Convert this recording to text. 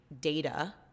data